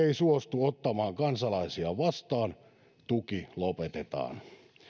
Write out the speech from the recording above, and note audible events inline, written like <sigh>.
<unintelligible> ei suostu ottamaan kansalaisiaan vastaan tuki lopetetaan